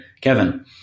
Kevin